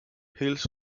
hales